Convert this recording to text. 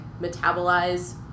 metabolize